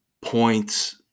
points